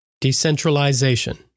Decentralization